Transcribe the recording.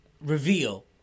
reveal